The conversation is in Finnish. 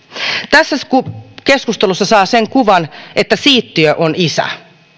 tässä keskustelussa saa sen kuvan että siittiö on isä